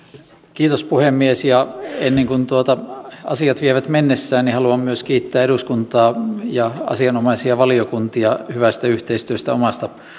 kiitos puhemies ennen kuin asiat vievät mennessään niin haluan myös kiittää eduskuntaa ja asianomaisia valiokuntia hyvästä yhteistyöstä omasta